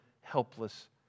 helpless